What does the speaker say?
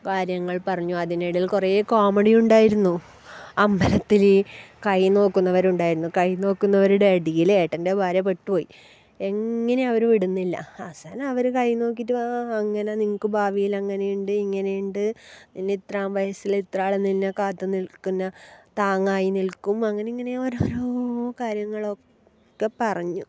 കാര്യങ്ങൾ പറഞ്ഞു അതിനിടയിൽ കുറേ കോമഡിയുണ്ടായിരുന്നു അമ്പലത്തിൽ കൈ നോക്കുന്നവർ ഉണ്ടായിരുന്നു കൈ നോക്കുന്നവരുടെ എടീല് ഏട്ടൻ്റെ ഭാര്യ പെട്ടുപോയി എങ്ങനെയും അവരു വിടുന്നില്ല അവസാനം അവര് കൈ നോക്കിയിട്ട് അങ്ങനെ നിങ്ങൾക്ക് ഭാവിയിൽ അങ്ങനെ ഉണ്ട് ഇങ്ങനെ ഉണ്ട് പിന്നെ ഇത്രാം വയസ്സിൽ ഇത്രാൾ നിന്നെ കാത്ത് നിൽക്കുന്നത് താങ്ങായി നിൽക്കും അങ്ങനെ ഇങ്ങനെ ഓരോരോ കാര്യങ്ങളൊക്ക പറഞ്ഞു